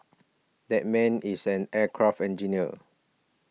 that man is an aircraft engineer